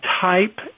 type